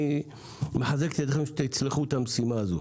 אני מחזק את ידיכם שתצלחו את המשימה הזו.